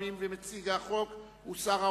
אני מברך את יושב-ראש